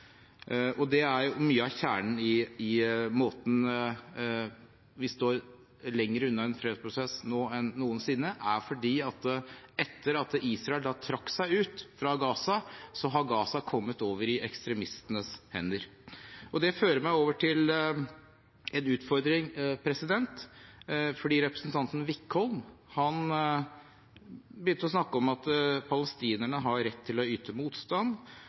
Det er mye av kjernen i måten vi står lenger unna en fredsprosess nå enn noensinne på, for etter at Israel trakk seg ut av Gaza, har Gaza kommet over i ekstremistenes hender. Det fører meg over til en utfordring, for representanten Wickholm begynte å snakke om at palestinerne har rett til å yte motstand,